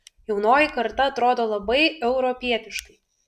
jaunoji karta atrodo labai europietiškai